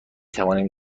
توانیم